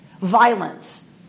violence